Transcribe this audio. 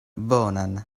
bonan